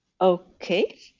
Okay